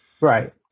Right